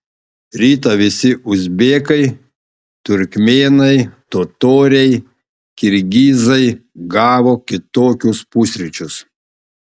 rytą visi uzbekai turkmėnai totoriai kirgizai gavo kitokius pusryčius